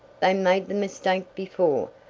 they made the mistake before,